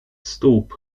stóp